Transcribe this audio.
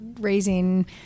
raising